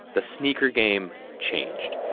the sneaker game changed.